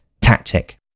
tactic